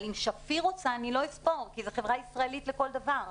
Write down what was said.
אבל אם שפיר רוצה אני לא אספור כי זאת חברה ישראלית לכל דבר.